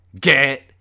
get